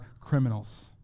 criminals